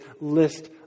list